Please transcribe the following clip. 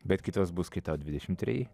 bet kitos bus kai tau dvidešim treji